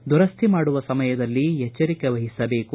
ದುರಸ್ಥಿ ಮಾಡುವ ಸಮಯದಲ್ಲಿ ಎಚ್ಚರಿಕೆ ವಹಿಸಬೇಕು